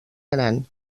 gran